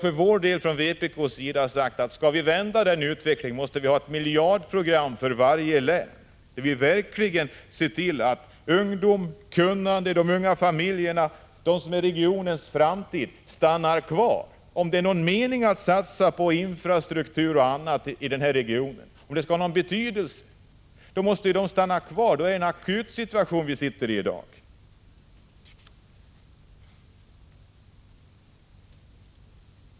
För vår del från vpk:s sida har vi sagt att skall vi vända på utvecklingen måste vi ha ett miljardprogram för varje län, där vi verkligen ser till att ungdom och kunnande i de unga familjerna, som är regionens framtid, stannar kvar, om det skall vara någon mening med att satsa på infrastrukturen i regionen. Om det skall ha någon betydelse, måste de unga stanna kvar. Det är en akut situation vi i dag sitter i.